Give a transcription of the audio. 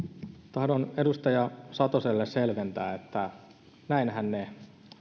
tahdon edustaja satoselle selventää että näinhän ne